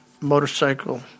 motorcycle